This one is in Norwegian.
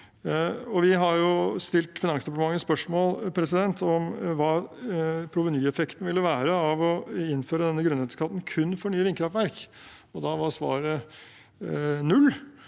Finansdepartementet spørsmål om hva provenyeffekten ville være av å innføre denne grunnrenteskatten kun for nye vindkraftverk. Da var svaret null,